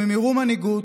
אם הם יראו מנהיגות,